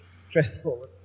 stressful